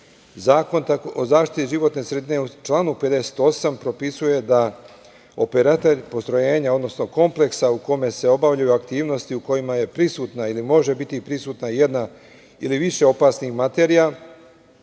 Zakon o zaštiti životne sredine u članu 58. propisuje da operater postrojenja, odnosno kompleksa u kome se obavljaju aktivnosti u kojima je prisutna ili može biti prisutna jedna ili više opasnih materija